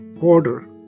order